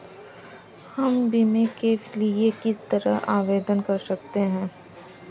हम बीमे के लिए किस तरह आवेदन कर सकते हैं?